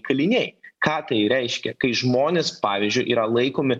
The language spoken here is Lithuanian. kaliniai ką tai reiškia kai žmonės pavyzdžiui yra laikomi